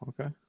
Okay